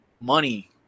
money